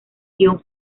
guion